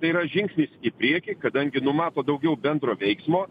tai yra žingsnis į priekį kadangi numato daugiau bendro veiksmo